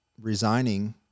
resigning